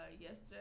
yesterday